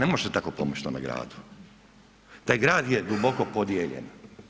Pa ne možete tako pomoći tome gradu, taj grad je duboko podijeljen.